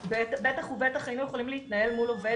בטח ובטח היינו יכולים להתנהל מול עובד